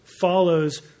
follows